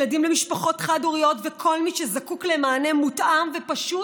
ילדים למשפחות חד-הוריות וכל מי שזקוק למענה מותאם ופשוט,